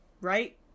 right